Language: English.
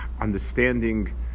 understanding